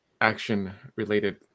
action-related